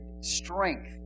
strength